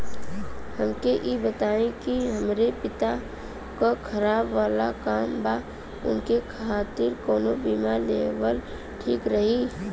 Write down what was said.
हमके ई बताईं कि हमरे पति क खतरा वाला काम बा ऊनके खातिर कवन बीमा लेवल ठीक रही?